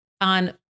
on